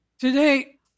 Today